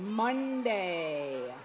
monday